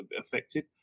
affected